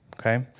okay